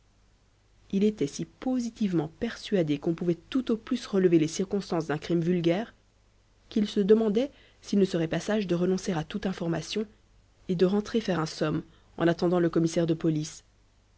il était si positivement persuadé qu'on pouvait tout au plus relever les circonstances d'un crime vulgaire qu'il se demandait s'il ne serait pas sage de renoncer à toute information et de rentrer faire un somme en attendant le commissaire de police